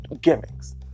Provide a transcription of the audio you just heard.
gimmicks